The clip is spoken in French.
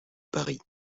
paris